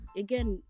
again